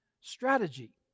strategy